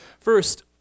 First